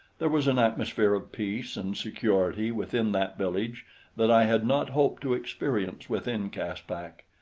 there was an atmosphere of peace and security within that village that i had not hoped to experience within caspak,